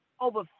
over